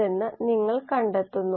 ഇവിടെ നിങ്ങൾ ഈ ചിത്രം കാണുക